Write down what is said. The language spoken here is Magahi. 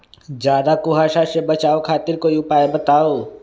ज्यादा कुहासा से बचाव खातिर कोई उपाय बताऊ?